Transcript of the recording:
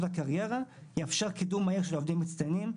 הקריירה; יאפשר קידום מהיר של עובדים מצטיינים,